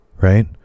right